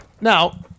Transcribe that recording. Now